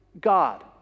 God